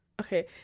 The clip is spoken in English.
okay